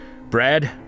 Brad